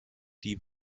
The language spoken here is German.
die